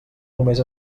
només